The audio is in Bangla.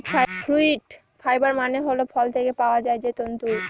ফ্রুইট ফাইবার মানে হল ফল থেকে পাওয়া যায় যে তন্তু